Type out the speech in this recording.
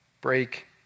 Break